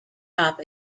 top